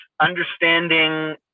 understanding